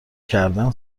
کردن